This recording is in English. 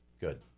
Good